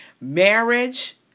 Marriage